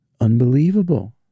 unbelievable